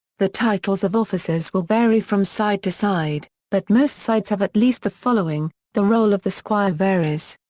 the titles of officers will vary from side to side, but most sides have at least the following the role of the squire varies.